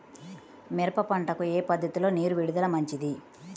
మిరప పంటకు ఏ పద్ధతిలో నీరు విడుదల మంచిది?